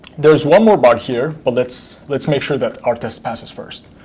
there is one more bug here. but let's let's make sure that our test passes first.